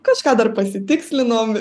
kažką dar pasitikslinom